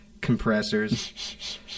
compressors